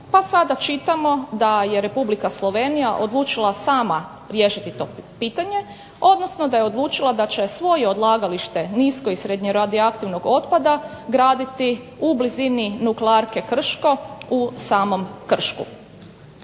pa sada čitamo da je Republika Slovenija odlučila sama riješiti to pitanje, odnosno da je odlučila da će svoje odlagalište nisko i srednje radioaktivnog otpada graditi u blizini Nuklearke Krško u samom Kršku.